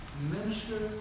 Minister